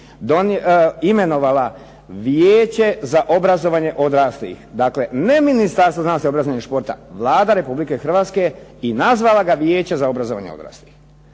imenovala Vijeće za obrazovanje odraslih. Dakle, ne Ministarstvo obrazovanja i športa, Vlada Republike Hrvatske je i nazvala ga Vijeće za obrazovanje odraslih.